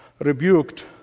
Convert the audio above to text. rebuked